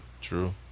True